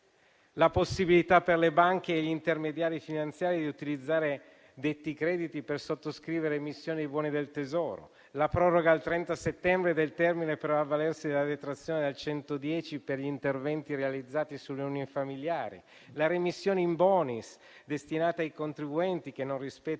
la possibilità per le banche e gli intermediari finanziari di utilizzare detti crediti per sottoscrivere emissioni di buoni del tesoro; la proroga al 30 settembre del termine per avvalersi della detrazione del 110 per gli interventi realizzati sulle unifamiliari; la remissione *in bonis* destinata ai contribuenti che non rispettano